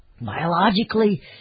Biologically